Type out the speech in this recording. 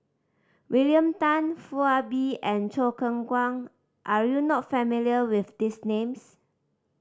William Tan Foo Ah Bee and Choo Keng Kwang are you not familiar with these names